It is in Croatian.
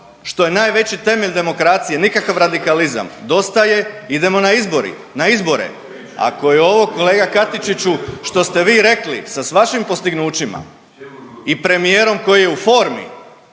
što je najveći temelj demokracije nikakav radikalizam, dosta je idemo na izbore. Ako je ovo kolega Katičiću što ste vi rekli sa vašim postignućima i premijerom koji je u formi